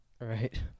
Right